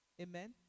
Amen